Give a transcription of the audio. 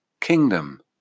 kingdom